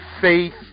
Faith